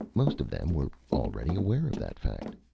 most of them were already aware of that fact.